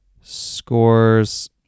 scores